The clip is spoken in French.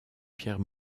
pierre